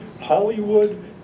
Hollywood